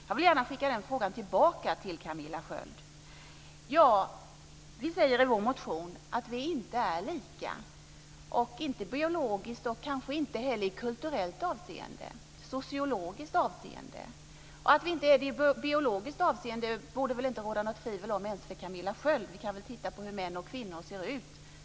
Jag vill gärna skicka den frågan till Camilla Vi säger i vår motion att vi inte är lika i biologiskt och kanske inte heller kulturellt och sociologiskt avseende. Att vi inte är biologiskt lika borde det väl inte råda något tvivel om ens för Camilla Sköld Jansson. Vi kan titta på hur män och kvinnor ser ut.